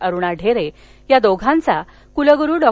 अरुणा ढेरे या दोघांचा कुलगुरू डॉ